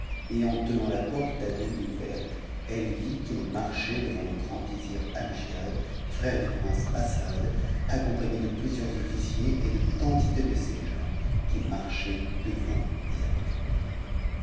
et en tenant la porte à demi ouverte elle vit qu'il marchait devant le grand vizir amgiad frère du prince assad accompagné de plusieurs officiers et de quantité de ses gens qui marchaient devant et après lui